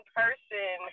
person